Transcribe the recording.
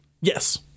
Yes